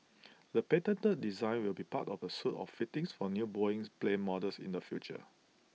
the patented designs will be part of A suite of fittings for new Boeing's plane models in the future